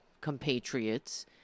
compatriots